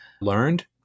learned